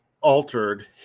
altered